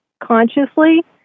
consciously